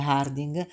Harding